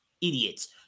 idiots